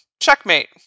Checkmate